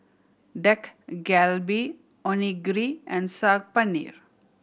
Dak Galbi Onigiri and Saag Paneer